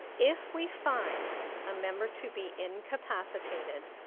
if we find a member to be incapacitated,